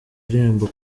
irembo